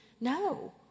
No